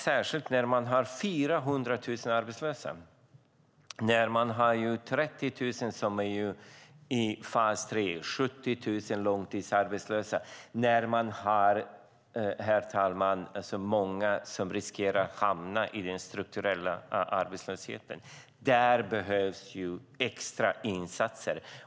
Särskilt i dag när 400 000 är arbetslösa, 30 000 är i fas 3, 70 000 är långtidsarbetslösa och många riskerar att hamna i den strukturella arbetslösheten är det viktigt med extra insatser.